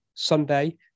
Sunday